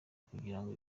kugirango